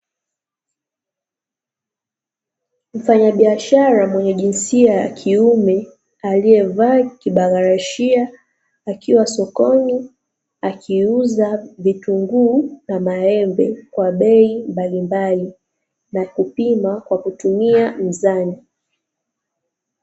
Mfanyabiashara mwenye jinsia ya kiume aliyevaa kibaragashia akiwa sokoni, akiuza vitunguu na maembe kwa bei mbalimbali na kupima kwa kutumia mzani.